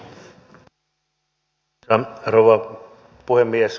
arvoisa rouva puhemies